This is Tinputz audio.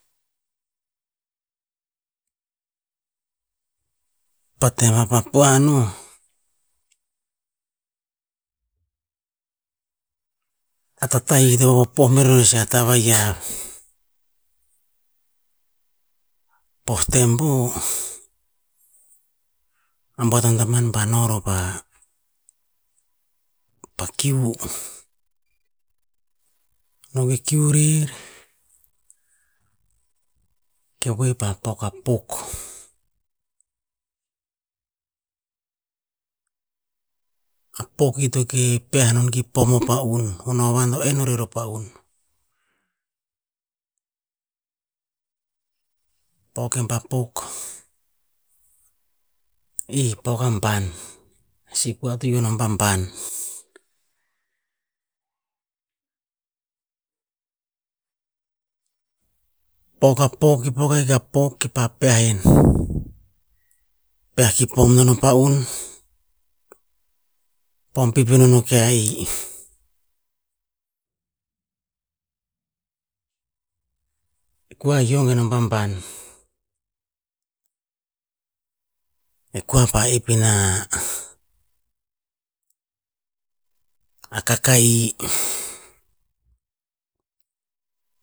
Pa tem a pa puan o a tah tahi to vapopoh meh roroh nosi tabe ia, poh tem vu a batan taman va no roh pah pakiu. No kikiu rer, kiu vui pa pok a puk, a pok ito keh peha non ki pom a pa'un o novan enn e nor rer a pa'un. Pok en pa puk, i pok a ban a sih kua to ioh nom a ban ban. Pok a pok ki pok ahik a pok ki pa peha en, peha ki pom non o pa'un pom pip i no kea'ih. Kua ioh e nom ban ban, e kua pa epina a kaka'ih,